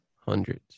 hundreds